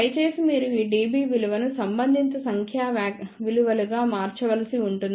దయచేసి మీరు ఈ dB విలువలను సంబంధిత సంఖ్యా విలువలుగా మార్చవలసి ఉంటుంది